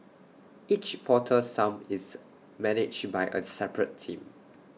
each portal sump is managed by A separate team